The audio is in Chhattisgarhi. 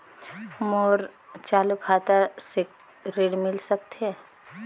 मोर चालू खाता से ऋण मिल सकथे?